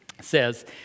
says